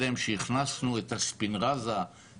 אני אומר לך את זה כרופא פעיל בשטח.